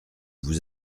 vous